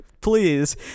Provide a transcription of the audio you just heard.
Please